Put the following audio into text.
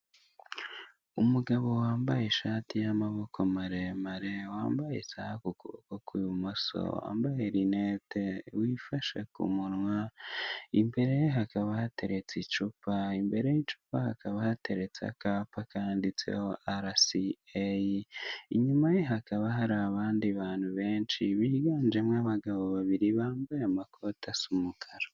Umugabo wambaye ishati y'amaboko maremare, wambaye isaha ku kuboko kw'ibumoso, wambaye rinete, wifashe ku munwa . Imbere hakaba hatereretse icupa, imbere y'icupa hakaba hateretse akapa kanditseho arasi eyi, inyuma ye hakaba hari abandi bantu benshi biganjemo abagabo babiri bambaye amakoti asa umukara.